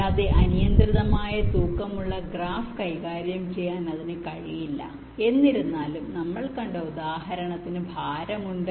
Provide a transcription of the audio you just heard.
കൂടാതെ അനിയന്ത്രിതമായ തൂക്കമുള്ള ഗ്രാഫ് കൈകാര്യം ചെയ്യാൻ അതിന് കഴിയില്ല എന്നിരുന്നാലും നമ്മൾ കണ്ട ഉദാഹരണത്തിന് ഭാരം ഉണ്ട്